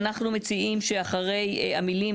אנחנו מציעים שאחרי המילים,